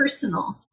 personal